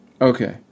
Okay